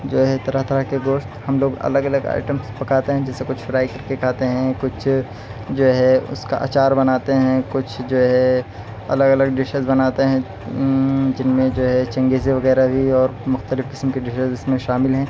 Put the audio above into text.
جو ہے طرح طرح کے گوشت ہم لوگ الگ الگ آئٹمس پکاتے ہیں جیسے کچھ فرائی کر کے کھاتے ہیں کچھ جو ہے اس کا اچار بناتے ہیں کچھ جو ہے الگ الگ ڈشز بناتے ہیں جن میں جو ہے چنگیزی وغیرہ بھی اور مختلف قسم کی ڈشز میں شامل ہیں